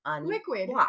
liquid